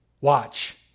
watch